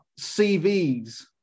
CVs